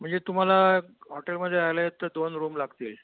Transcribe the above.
म्हणजे तुम्हाला हॉटेलमध्ये आलेत तर दोन रूम लागतील